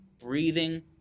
breathing